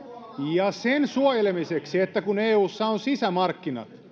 ja sen suojelemiseksi että kun eussa on sisämarkkinat